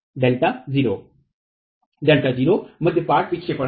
Student Δ0 विद्यार्थी Δ0 Δ0 मध्य पाट विक्षेपण है